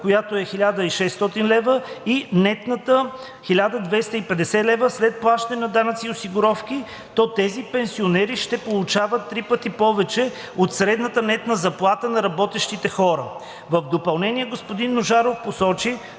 която е 1600 лв. и нетната 1250 лв. след плащане на данъци и осигуровки, то тези пенсионери ще получават три пъти повече от средната нетна заплата на работещите хора. В допълнение господин Ножаров посочи,